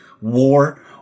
war